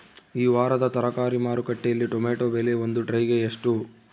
ಈ ವಾರದ ತರಕಾರಿ ಮಾರುಕಟ್ಟೆಯಲ್ಲಿ ಟೊಮೆಟೊ ಬೆಲೆ ಒಂದು ಟ್ರೈ ಗೆ ಎಷ್ಟು?